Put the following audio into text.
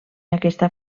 aquesta